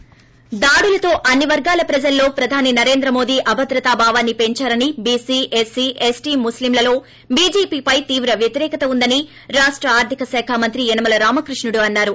break దాడులతో అన్నివర్గాల ప్రజల్లో ప్రధాని నరేంద్ర మోదీ అభద్రత బావాన్ని పెంచారని బీసీ ఎస్సీ ఎస్సీ ముస్లింలలో బీజేపీపై తీవ్ర వ్యతిరేకత ఉందని రాష్ట ఆర్థిక శాఖ మంత్రి యనమల రామకృష్ణుడు అన్నారు